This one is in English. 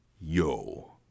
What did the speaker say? yo